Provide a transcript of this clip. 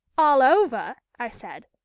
all over? i said.